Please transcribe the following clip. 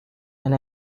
and